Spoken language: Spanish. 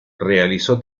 realizó